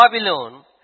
Babylon